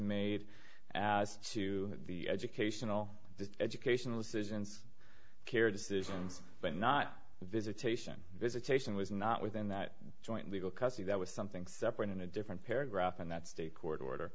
made as to the education all the education of the citizens care decisions but not visitation visitation was not within that joint legal custody that was something separate in a different paragraph in that state court order